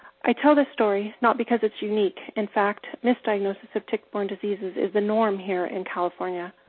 i tell this story not because it's unique. in fact, misdiagnosis of tick-borne diseases is the norm here in california.